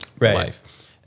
life